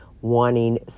wanting